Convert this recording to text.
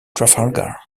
trafalgar